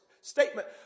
statement